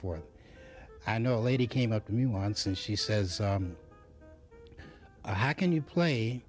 forth i know a lady came up to me once and she says i how can you play